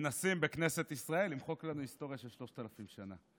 מנסים בכנסת ישראל למחוק לנו היסטוריה של שלושת אלפים שנה.